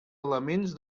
elements